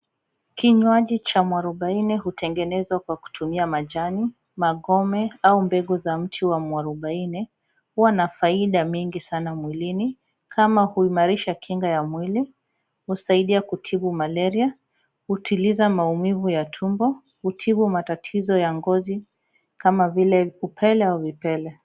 Kinywaji cha mwarubaine hutengenezwa kwa kutumia majani, magome au mbegu za mti wa mwarubaine, hua na faida mingi sana mwilini kama, huimarisha kinga mwilini , husaidia kutibu malaria , hutiliza maumivu ya tumbo , hutibu matatizo ya ngozi, kama vile upele au vipele.